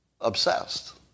obsessed